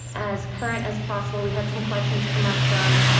as current as possible. we had some questions come up from